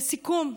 לסיכום,